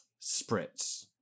spritz